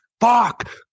fuck